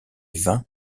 vain